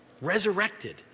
resurrected